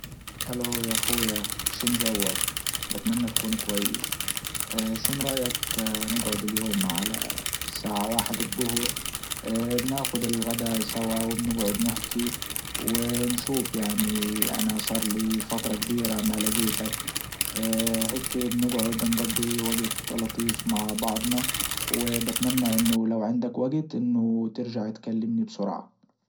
الو يا اخوي شن جوك ؟ بتمنى تكون كويس شنو رأيك نجعد اليوم على الساعة واحد الضهر بناخد الغدا سوا وبنجعد نحكي ونشوف يعني انا صار لي فترة كبيرة ما لجيتك هيكي بنجعد نجضي وجت لطيف مع بعضنا وبتمنى انه لو عندك وجت انه ترجع تكلمني بسرعة.